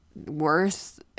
worth